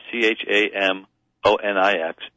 C-H-A-M-O-N-I-X